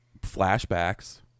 flashbacks